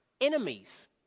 enemies